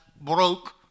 broke